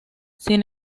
sin